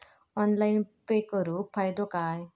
Online pay करुन फायदो काय?